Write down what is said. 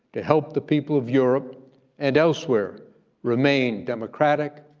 to help the people of europe and elsewhere remain democratic,